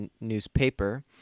newspaper